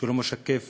שלא משקף